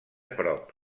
prop